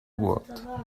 world